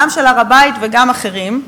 גם של הר-הבית וגם אחרים,